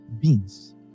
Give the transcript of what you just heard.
beans